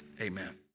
amen